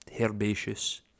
herbaceous